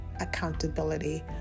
accountability